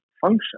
function